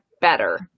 better